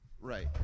right